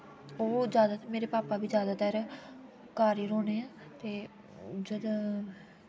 ओह् जैदातर मेरे पापा बी जैदातर घर ही रौह्ने ते जदूं